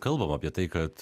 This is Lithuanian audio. kalbama apie tai kad